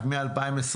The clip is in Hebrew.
רק מ-2021,